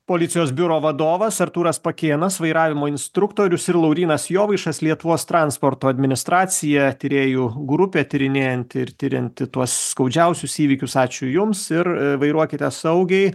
policijos biuro vadovas artūras pakėnas vairavimo instruktorius ir laurynas jovaišas lietuvos transporto administracija tyrėjų grupė tyrinėjanti ir tirianti tuos skaudžiausius įvykius ačiū jums ir vairuokite saugiai